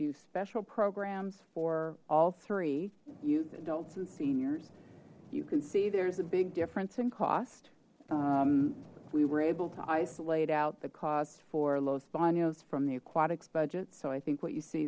do special programs for all three youth adults and seniors you can see there's a big difference in cost we were able to isolate out the cost for los llanos from the aquatics budget so i think what you see